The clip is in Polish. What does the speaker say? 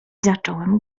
zacząłem